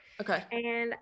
Okay